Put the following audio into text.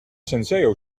senseo